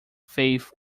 faith